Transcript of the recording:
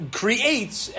creates